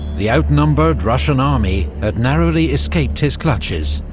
the outnumbered russian army had narrowly escaped his clutches.